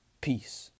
Peace